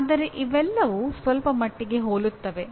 ಆದರೆ ಇವೆಲ್ಲವೂ ಸ್ವಲ್ಪಮಟ್ಟಿಗೆ ಹೋಲುತ್ತವೆ